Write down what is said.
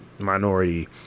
Minority